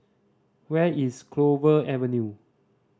where is Clover Avenue